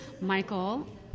Michael